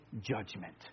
judgment